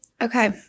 Okay